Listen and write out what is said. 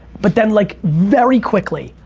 but then like very quickly,